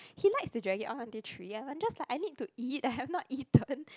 he likes to drag it on until three ya I'm just like I need to eat I have not eaten